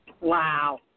Wow